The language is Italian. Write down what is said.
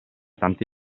tante